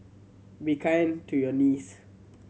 be kind to your knees